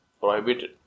prohibited